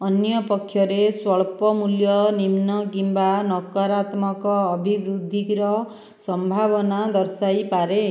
ଅନ୍ୟପକ୍ଷରେ ସ୍ଵଳ୍ପ ମୂଲ୍ୟ ନିମ୍ନ କିମ୍ବା ନକାରାତ୍ମକ ଅଭିବୃଦ୍ଧିର ସମ୍ଭାବନା ଦର୍ଶାଇ ପାରେ